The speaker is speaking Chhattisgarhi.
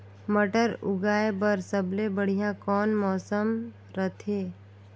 मटर उगाय बर सबले बढ़िया कौन मौसम रथे?